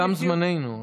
תם זמננו,